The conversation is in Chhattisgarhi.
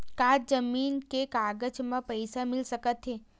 का जमीन के कागज म पईसा मिल सकत हे?